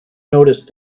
noticed